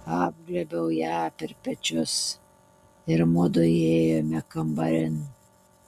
apglėbiau ją per pečius ir mudu įėjome kambarin